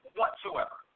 whatsoever